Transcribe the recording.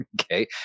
Okay